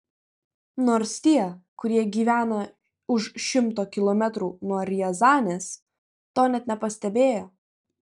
nors tie kurie gyvena už šimto kilometrų nuo riazanės to net nepastebėjo